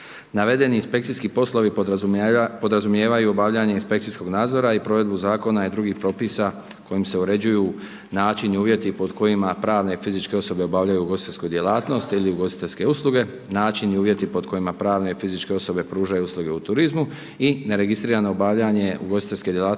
Navedeni inspekcijski poslovi podrazumijevaju obavljanje inspekcijskog nadzora i provedbu Zakona i drugih propisa kojim se uređuju način i uvjeti pod kojima pravne i fizičke osobe obavljaju ugostiteljsku djelatnost ili ugostiteljske usluge, način i uvjeti pod kojima pravne i fizičke osobe pružaju usluge u turizmu i neregistrirano obavljanje ugostiteljske djelatnosti